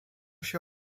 się